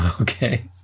Okay